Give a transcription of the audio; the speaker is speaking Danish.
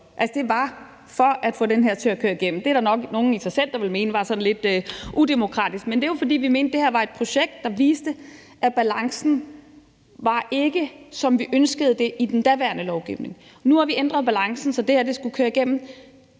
Slot. Det var for at få den her til at køre igennem. Det er der nok nogle der ville mene i sig selv var sådan lidt udemokratisk, men det var jo, fordi vi mente, det her var et projekt, der viste, at balancen ikke var, som vi ønskede det, i den daværende lovgivning. Nu har vi ændret balancen, så det her skulle køre igennem.